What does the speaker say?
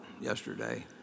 yesterday